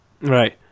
Right